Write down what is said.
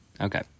Okay